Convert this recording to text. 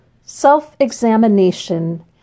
self-examination